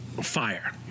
Fire